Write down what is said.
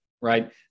right